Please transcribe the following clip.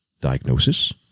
Diagnosis